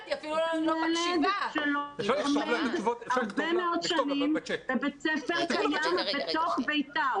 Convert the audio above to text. הוא ילד שלומד הרבה מאוד שנים בבית ספר קיים בתוך ביתר.